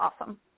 awesome